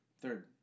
Third